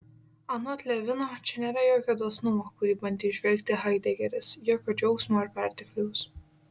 anot levino čia nėra jokio dosnumo kurį bandė įžvelgti haidegeris jokio džiaugsmo ar pertekliaus